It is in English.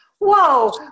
Whoa